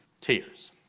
tears